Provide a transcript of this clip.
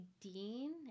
Dean